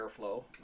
Airflow